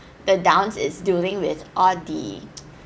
the downs is during with all the